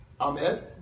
Amen